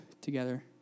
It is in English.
together